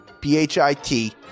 P-H-I-T